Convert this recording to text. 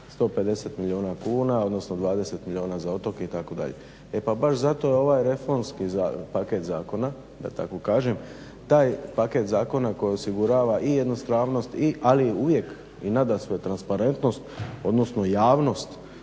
150 milijuna kuna, odnosno 20 milijuna za otoke itd.. E pa baš zato je ovaj reformski paket zakona, da tako kažem, taj paket zakona koji osigurava i jednostavnost ali uvijek i nadasve transparentnost, odnosno javnost